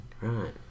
Right